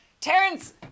Terrence